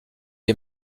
est